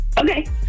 okay